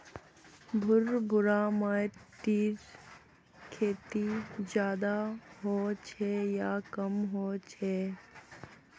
भुर भुरा माटिर खेती ज्यादा होचे या कम होचए?